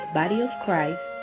bodyofchrist